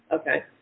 okay